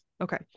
Okay